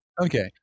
Okay